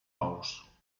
ous